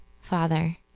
Father